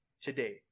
today